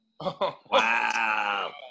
wow